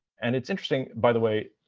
and it's interesting, by the way,